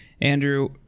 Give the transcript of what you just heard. Andrew